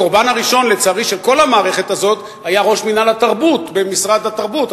הקורבן הראשון של כל המערכת הזאת היה ראש מינהל התרבות במשרד התרבות,